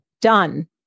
Done